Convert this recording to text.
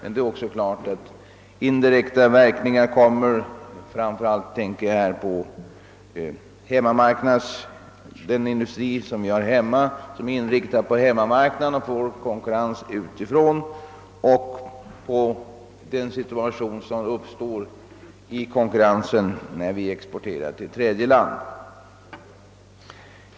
Det är också klart att indirekta verkningar kan uppkomma. Framför allt tänker jag då på de industrier som är inriktade på hemmamarknaden och som får konkurrens utifrån liksom på den situation i konkurrensavseende som uppstår när vi exporterar till tredje land.